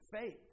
faith